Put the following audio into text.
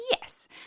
Yes